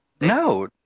No